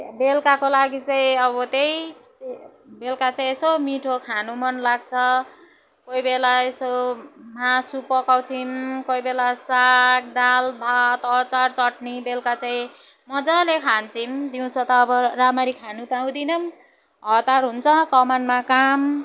बेलुकाको लागि चाहिँ अब त्यही बेलुका चाहिँ यसो मिठो खानु मन लाग्छ कोही बेला यसो मासु पकाउँछौँ कोही बेला साग दाल भात अचार चट्नी बेलुका चाहिँ मजाले खान्छौँ दिउँसो त अब राम्ररी खानु पाउँदिनौँ हतार हुन्छ कमानमा काम